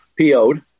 PO'd